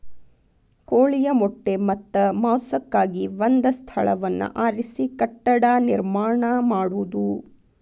ಕೋಳಿಯ ಮೊಟ್ಟೆ ಮತ್ತ ಮಾಂಸಕ್ಕಾಗಿ ಒಂದ ಸ್ಥಳವನ್ನ ಆರಿಸಿ ಕಟ್ಟಡಾ ನಿರ್ಮಾಣಾ ಮಾಡುದು